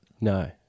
No